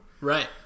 Right